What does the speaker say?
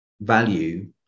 value